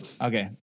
okay